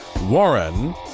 Warren